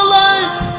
light